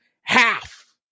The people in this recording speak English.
Half